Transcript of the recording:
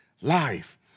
life